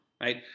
right